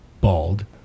bald